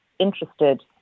interested